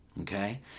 okay